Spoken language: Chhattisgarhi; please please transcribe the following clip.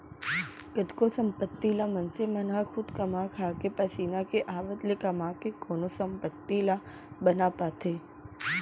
कतको संपत्ति ल मनसे मन ह खुद कमा खाके पसीना के आवत ले कमा के कोनो संपत्ति ला बना पाथे